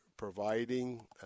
providing